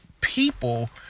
people